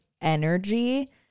energy